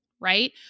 right